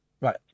Right